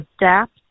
adapt